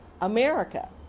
America